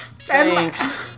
thanks